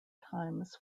times